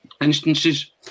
instances